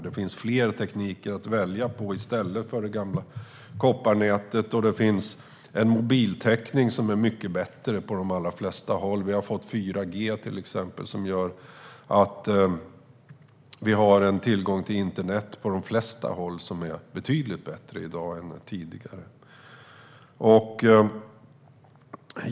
Det finns fler tekniker att välja på i stället för det gamla kopparnätet. På de allra flesta håll finns en mycket bättre mobiltäckning. Vi har till exempel fått 4G, som gör att vi har tillgång till internet på de flesta håll, och det är betydligt bättre i dag än tidigare.